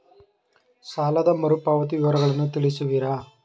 ಸಾಲದ ಮರುಪಾವತಿ ವಿವರಗಳನ್ನು ತಿಳಿಸುವಿರಾ?